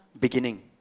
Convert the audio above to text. beginning